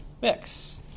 mix